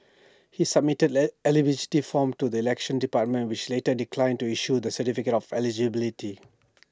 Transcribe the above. he submitted eligibility forms to the elections department which later declined to issue the ertificate of eligibility